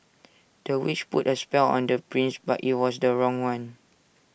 the witch put A spell on the prince but IT was the wrong one